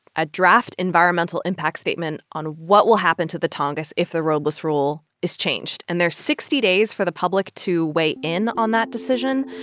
a draft environmental impact statement on what will happen to the tongass if the roadless rule is changed. and there's sixty days for the public to weigh in on that decision.